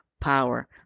power